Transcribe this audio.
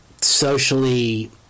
socially